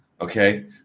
okay